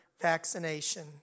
vaccination